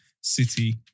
City